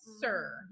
sir